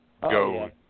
go